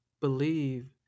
believe